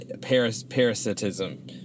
parasitism